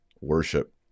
Worship